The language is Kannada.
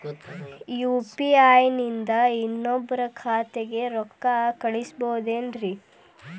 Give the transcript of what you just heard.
ಯು.ಪಿ.ಐ ನಿಂದ ಇನ್ನೊಬ್ರ ಖಾತೆಗೆ ರೊಕ್ಕ ಕಳ್ಸಬಹುದೇನ್ರಿ?